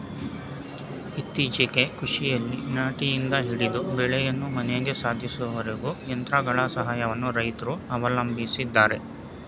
ಇತ್ತೀಚೆಗೆ ಕೃಷಿಯಲ್ಲಿ ನಾಟಿಯಿಂದ ಹಿಡಿದು ಬೆಳೆಯನ್ನು ಮನೆಗೆ ಸಾಧಿಸುವವರೆಗೂ ಯಂತ್ರಗಳ ಸಹಾಯವನ್ನು ರೈತ್ರು ಅವಲಂಬಿಸಿದ್ದಾರೆ